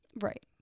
Right